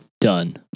Done